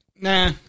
Nah